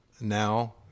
now